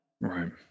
right